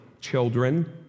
children